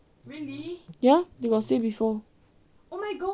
ya he got say before oh my god